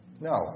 No